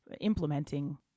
implementing